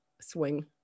swing